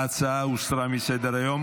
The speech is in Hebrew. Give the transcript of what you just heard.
ההצעה הוסרה מסדר-היום.